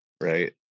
right